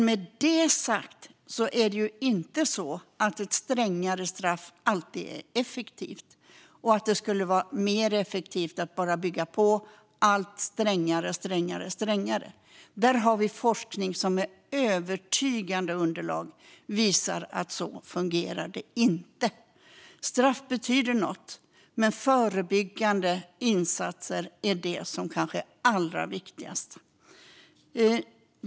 Med detta sagt är strängare och strängare straff inte alltid effektivt. Det finns forskning som i övertygande underlag visar att det inte fungerar så. Straff betyder något, men förebyggande insatser är allra viktigast.